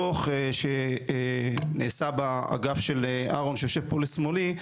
ויש דוח שנעשה באגף של אהרון שיושב פה לשמאלי,